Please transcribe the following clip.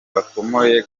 bakomeye